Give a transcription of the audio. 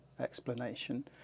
explanation